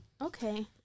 Okay